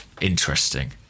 interesting